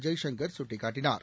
ஜெய்சங்கர் சுட்டிக்காட்டினார்